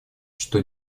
что